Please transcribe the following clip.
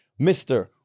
Mr